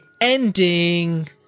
ending